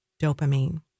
dopamine